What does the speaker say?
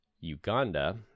Uganda